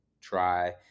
try